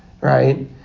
right